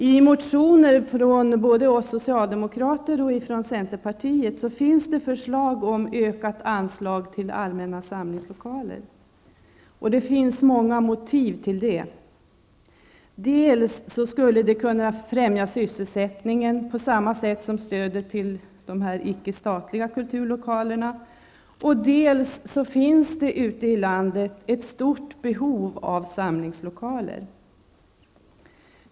I motioner både från oss socialdemokrater och från centerpartiet finns det förslag om ökade anslag till allmänna samlingslokaler. Det finns många motiv till det. Dels skulle det främja sysselsättningen på samma sätt som stödet till de icke statliga kulturlokalerna, dels finns det ute i landet ett stort behov av samlingslokaler.